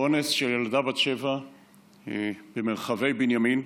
אונס של ילדה בת שבע במרחבי בנימין,